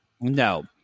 No